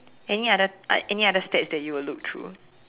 any other uh any other stats that you will look through